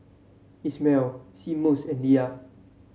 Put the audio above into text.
Ismael Seamus and Lia